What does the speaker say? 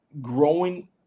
growing